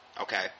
Okay